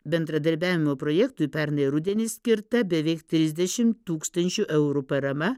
bendradarbiavimo projektui pernai rudenį skirta beveik trisdešim tūkstančių eurų parama